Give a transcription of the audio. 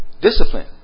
discipline